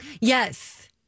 Yes